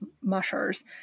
mushers